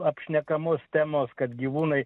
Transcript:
apšnekamos temos kad gyvūnai